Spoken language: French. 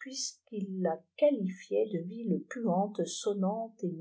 puisqu'il la qualifiait de ville puantes sonnantes et